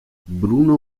bruno